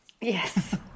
Yes